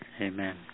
amen